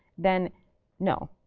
then no.